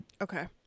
Okay